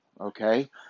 okay